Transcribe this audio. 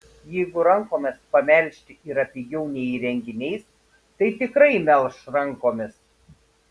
jeigu rankomis pamelžti yra pigiau nei įrenginiais tai tikrai melš rankomis